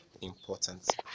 important